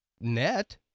net